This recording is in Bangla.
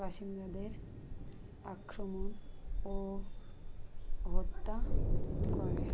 বাসিন্দাদের আক্রমণ ও হত্যা করে